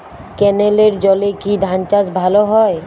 ক্যেনেলের জলে কি ধানচাষ ভালো হয়?